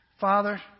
Father